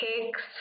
Cakes